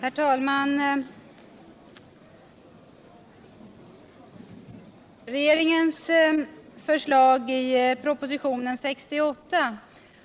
Herr talman! Regeringens förslag i propositionen 68